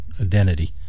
identity